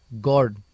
God